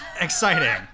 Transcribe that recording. Exciting